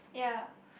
ya